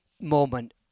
moment